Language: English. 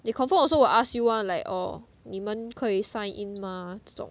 they confirm also will ask you [one] like orh 你们可以 sign in mah 这种